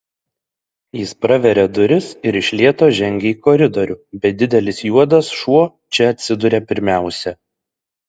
jis praveria duris ir iš lėto žengia į koridorių bet didelis juodas šuo čia atsiduria pirmiausia